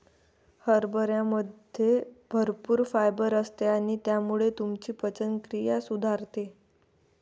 हरभऱ्यामध्ये भरपूर फायबर असते आणि त्यामुळे तुमची पचनक्रिया सुधारते